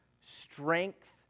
strength